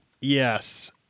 Yes